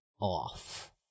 off